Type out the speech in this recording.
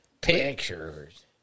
Pictures